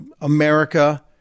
America